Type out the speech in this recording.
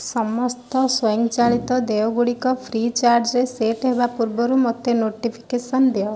ସମସ୍ତ ସ୍ୱଂୟଚାଳିତ ଦେୟ ଗୁଡ଼ିକ ଫ୍ରିଚାର୍ଜରେ ସେଟ୍ ହେବା ପୂର୍ବରୁ ମୋତେ ନୋଟିଫିକେସନ୍ ଦିଅ